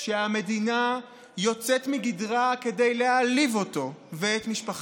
שהמדינה יוצאת מגדרה כדי להעליב אותו ואת משפחתו.